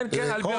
כן, כן, לפי החוק.